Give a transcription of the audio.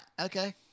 okay